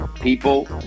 People